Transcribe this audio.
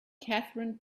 catherine